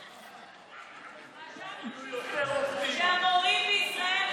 חשבנו שחתמתם הסכם עם המורים בישראל,